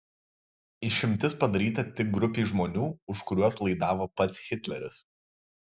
išimtis padaryta tik grupei žmonių už kuriuos laidavo pats hitleris